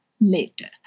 later